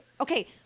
okay